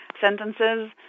sentences